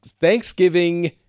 Thanksgiving